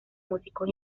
músicos